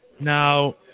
Now